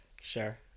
Sure